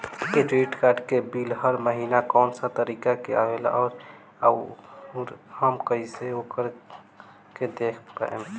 Credit card के bill हर महीना कौना तारीक के आवेला और आउर हम कइसे ओकरा के देख पाएम?